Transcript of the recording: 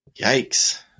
Yikes